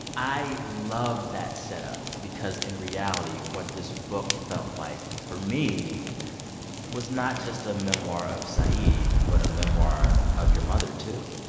i love that setup because, in reality, what this book felt like for me was not just a memoir of saeed but a memoir of your mother, too